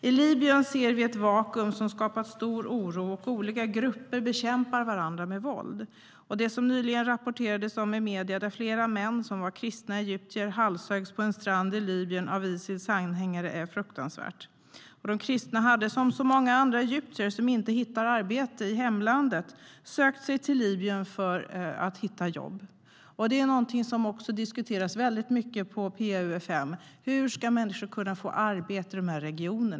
I Libyen ser vi ett vakuum som skapat stor oro, och olika grupper bekämpar varandra med våld. Det som nyligen rapporterades om i medierna, där flera män som var kristna egyptier halshöggs på en strand i Libyen av Isils anhängare, är fruktansvärt. De kristna hade, som så många andra egyptier som inte hittar arbete i hemlandet, sökt sig till Libyen för att hitta jobb. Det är någonting som också diskuteras väldigt mycket på PA-UfM, alltså hur människor ska kunna få arbete i dessa regioner.